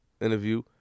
interview